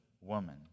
woman